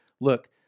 look